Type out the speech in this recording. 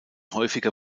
häufiger